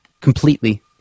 completely